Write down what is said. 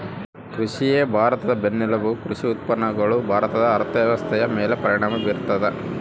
ಕೃಷಿಯೇ ಭಾರತದ ಬೆನ್ನೆಲುಬು ಕೃಷಿ ಉತ್ಪಾದನೆಗಳು ಭಾರತದ ಅರ್ಥವ್ಯವಸ್ಥೆಯ ಮೇಲೆ ಪರಿಣಾಮ ಬೀರ್ತದ